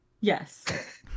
Yes